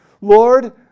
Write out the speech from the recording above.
Lord